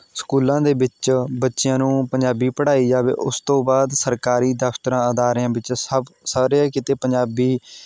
ਸਕੂਲਾਂ ਦੇ ਵਿੱਚ ਬੱਚਿਆਂ ਨੂੰ ਪੰਜਾਬੀ ਪੜ੍ਹਾਈ ਜਾਵੇ ਉਸ ਤੋਂ ਬਾਅਦ ਸਰਕਾਰੀ ਦਫਤਰਾਂ ਅਦਾਰਿਆਂ ਵਿੱਚ ਸਭ ਸਾਰੇ ਕਿਤੇ ਪੰਜਾਬੀ